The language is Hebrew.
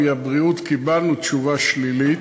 מהבריאות קיבלנו תשובה שלילית,